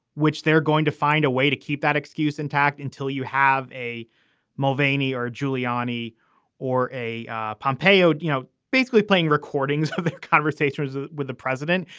which they're going to find a way to keep that excuse intact until you have a mulvany or giuliani or a a pompei owed, you know, basically playing recordings for the conversations ah with the president,